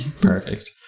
Perfect